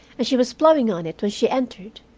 and she was blowing on it when she entered.